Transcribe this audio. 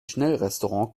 schnellrestaurant